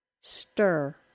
Stir